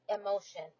Emotion